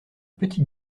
petit